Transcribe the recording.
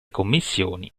commissioni